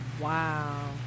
Wow